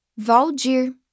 Valdir